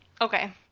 okay